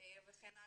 וכן הלאה.